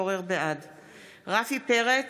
רפי פרץ,